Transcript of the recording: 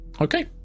Okay